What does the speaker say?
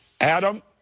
Adam